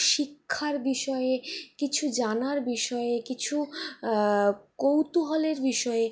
শিক্ষার বিষয়ে কিছু জানার বিষয়ে কিছু কৌতূহলের বিষয়ে